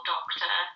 Doctor